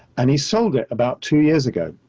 and he sold it about two years ago.